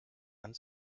and